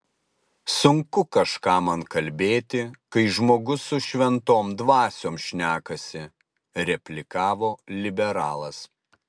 sunku kažką man kalbėti kai žmogus su šventom dvasiom šnekasi replikavo liberalas